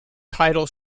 tidal